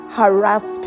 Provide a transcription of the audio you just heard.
harass